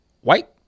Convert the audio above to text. white